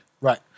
Right